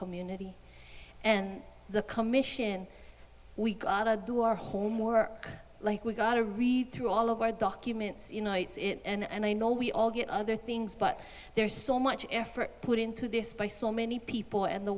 community and the commission we got to do our homework like we got to read through all of our documents you know it's it and i know we all get other things but there's so much effort put into this by so many people and the